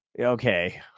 okay